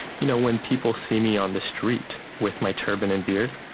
you know when people see me on the street with my turban and beard,